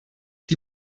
die